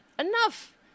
enough